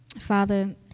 Father